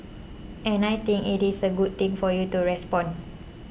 and I think it is a good thing for you to respond